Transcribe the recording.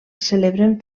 celebren